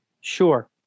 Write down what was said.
Sure